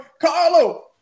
Carlo